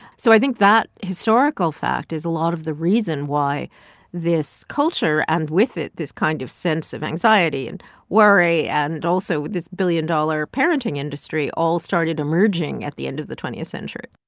so i think that historical fact is a lot of the reason why this culture and with it this kind of sense of anxiety and worry and also this billion-dollar parenting industry all started emerging at the end of the twentieth century